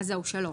אז זהו, שלא.